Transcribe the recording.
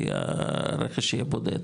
כי הרכש יהיה בודד.